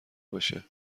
باشه